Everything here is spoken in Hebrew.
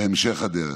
בהמשך הדרך.